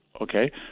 Okay